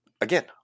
again